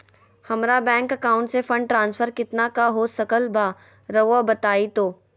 हमरा bank account से fund transfer कितना का हो सकल बा रुआ बताई तो?